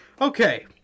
Okay